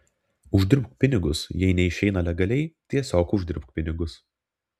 uždirbk pinigus jei neišeina legaliai tiesiog uždirbk pinigus